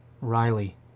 Riley